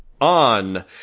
on